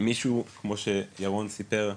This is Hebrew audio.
מישהו כמו שירון סיפר,